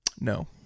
No